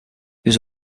was